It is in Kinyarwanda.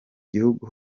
gihugu